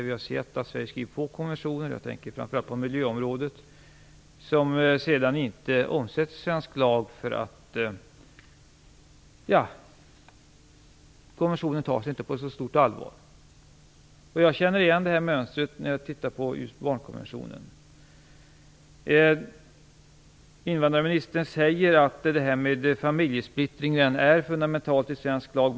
Vi har sett att Sverige har skrivit på konventioner, jag tänker framför allt på miljöområdet, som sedan inte har omsatts i svensk lag på grund av att konventionen inte tas på så stort allvar. Jag känner igen det här mönstret när jag tittar på just barnkonventionen. Invandrarministern säger att det är fundamentalt enligt svensk lag att inte splittra familjer.